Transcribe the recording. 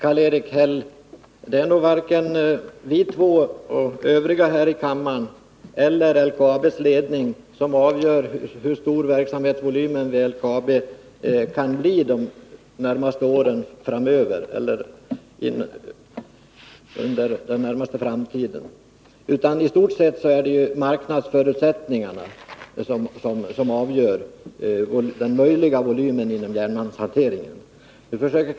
Fru talman! Det är nog varken vi två och övriga här i kammaren, Karl-Erik Häll, eller LKAB:s ledning som avgör hur stor verksamhetsvolymen vid LKAB kan bli under den närmaste framtiden, utan det är i stort sett marknadsförutsättningarna som avgör vilken volym järnmalmshanteringen kan ha.